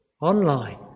Online